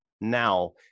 now